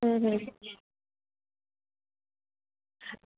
હમ હમ